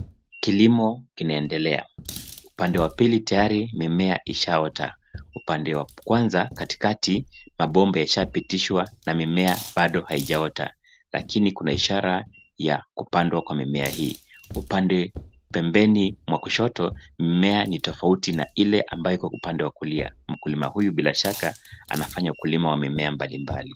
Kilimo kinaendelea. Upande wa pili tayari mimea ishaota. Upande wa kwanza katikati mabomba yashapitishwa na mimea bado haijaota lakini kuna ishara ya kupandwa kwa mimea hii. Upande pembeni mwa kushoto mmea ni tofauti na ile ambayo iko upande wa kulia. Mkulima huyu bila shaka anafanya ukulima wa mimea mbalimbali.